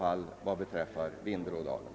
positivt vad beträffar Vindelådalen.